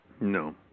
No